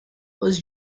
was